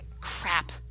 crap